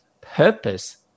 purpose